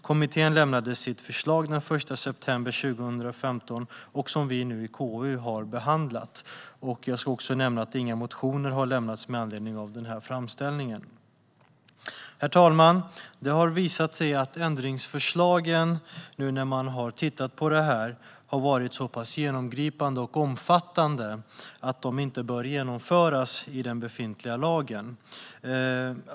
Kommittén lämnade sitt förslag den l september 2015. Det är detta som vi i KU nu har behandlat. Jag ska också nämna att inga motioner har lämnats med anledning av framställningen. Herr talman! Det har visat sig att ändringsförslagen är så pass genomgripande och omfattande att de inte bör genomföras i den befintliga lagen.